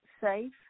safe